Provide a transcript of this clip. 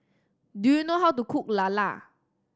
do you know how to cook lala